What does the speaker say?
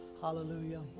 Hallelujah